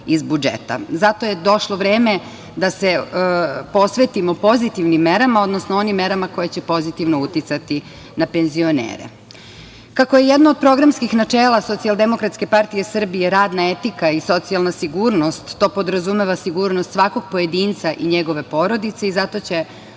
iz budžeta. Zato je došlo vreme da se posvetimo pozitivnim merama, odnosno onim merama koje će pozitivno uticati na penzionere. Kako je jedno od programskih načela Socijaldemokratske partije Srbije radna etika i socijalna sigurnost, to podrazumeva sigurnost svakog pojedinca i njegove porodice, zato će